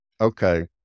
Okay